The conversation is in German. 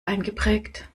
eingeprägt